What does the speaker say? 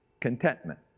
contentment